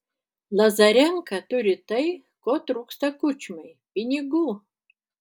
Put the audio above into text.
lazarenka turi tai ko trūksta kučmai pinigų